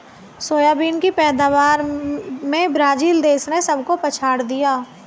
soybean की पैदावार में ब्राजील देश ने सबको पछाड़ दिया